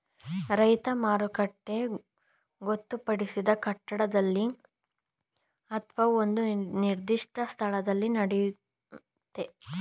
ರೈತ ಮಾರುಕಟ್ಟೆ ಗೊತ್ತುಪಡಿಸಿದ ಕಟ್ಟಡದಲ್ಲಿ ಅತ್ವ ಒಂದು ನಿರ್ದಿಷ್ಟ ಸ್ಥಳದಲ್ಲಿ ನಡೆಯುತ್ತೆ